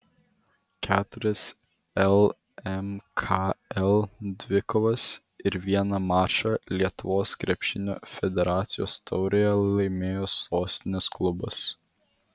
keturias lmkl dvikovas ir vieną mačą lietuvos krepšinio federacijos taurėje laimėjo sostinės klubas